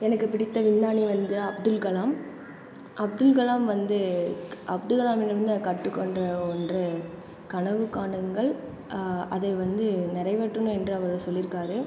எனக்கு பிடித்த விஞ்ஞானி வந்து அப்துல்கலாம் அப்துல்கலாம் வந்து அப்துல்கலாமிடமிருந்து நான் கற்றுக்கொண்ட ஒன்று கனவு காணுங்கள் அதை வந்து நிறை வேற்றணும் என்று அவர் சொல்லியிருக்காரு